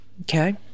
Okay